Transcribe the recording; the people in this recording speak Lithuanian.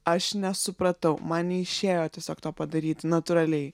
aš nesupratau man neišėjo tiesiog to padaryti natūraliai